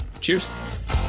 cheers